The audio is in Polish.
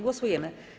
Głosujemy.